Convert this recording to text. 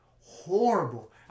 horrible